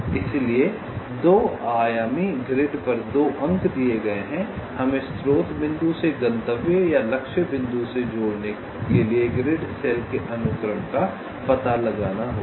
इसलिए 2 आयामी ग्रिड पर 2 अंक दिए गए हैं हमें स्रोत बिंदु से गंतव्य या लक्ष्य बिंदु से जुड़ने के लिए ग्रिड सेल के अनुक्रम का पता लगाना होगा